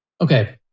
Okay